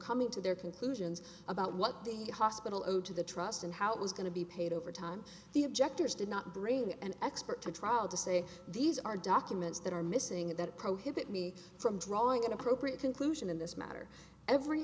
coming to their conclusions about what the hospital owed to the trust and how it was going to be paid overtime the objectors did not bring an expert to trial to say these are documents that are missing and that prohibit me from drawing an appropriate conclusion in this matter every